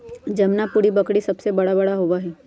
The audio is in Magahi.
जमुनापारी बकरी सबसे बड़ा होबा हई